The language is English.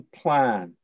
plan